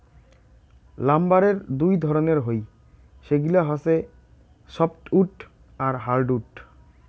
লাম্বারের দুই ধরণের হই, সেগিলা হসে সফ্টউড আর হার্ডউড